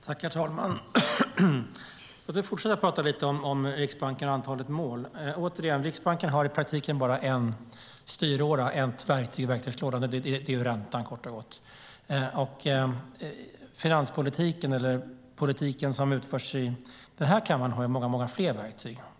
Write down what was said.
Herr talman! Jag fortsätter att prata lite om Riksbanken och antalet mål. Återigen: Riksbanken har i praktiken bara en styråra, bara ett verktyg i verktygslådan, och det är kort och gott räntan. Finanspolitiken eller den politik som utförs i den här kammaren har många fler verktyg.